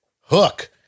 Hook